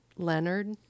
leonard